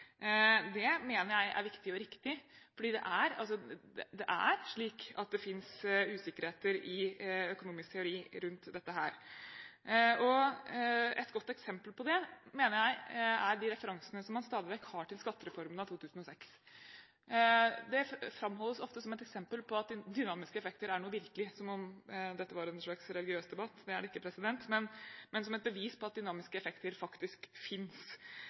Det mener jeg er viktig og riktig, fordi det finnes usikkerheter i økonomisk teori rundt dette. Et godt eksempel på det mener jeg er de referansene som man stadig vekk har til skattereformen av 2006. Det framholdes ofte som et eksempel på at de dynamiske effekter er noe virkelig – som om dette var en slags religiøs debatt, det er det ikke – som et bevis på at dynamiske effekter faktisk